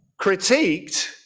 critiqued